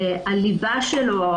הליבה שלו,